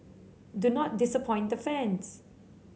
do not disappoint the fans